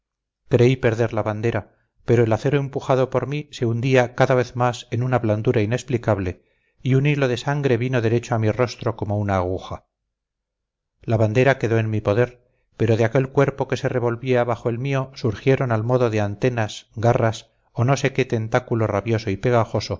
creí perder la bandera pero el acero empujado por mí se hundía más cada vez en una blandura inexplicable y un hilo de sangre vino derecho a mi rostro como una aguja la bandera quedó en mi poder pero de aquel cuerpo que se revolvía bajo el mío surgieron al modo de antenas garras o no sé qué tentáculo rabioso y pegajoso